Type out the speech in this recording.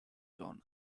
john